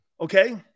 Okay